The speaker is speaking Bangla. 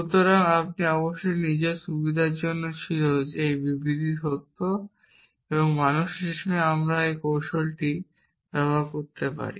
সুতরাং আপনি অবশ্যই আপনার নিজের সুবিধার ছিল যে এই বিবৃতি সত্য এবং মানুষ হিসাবে আমরা একটি কৌশল ব্যবহার করতে পারি